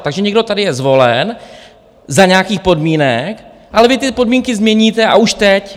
Takže někdo tady je zvolen za nějakých podmínek, ale vy ty podmínky změníte, a už teď.